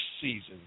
season